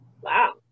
Wow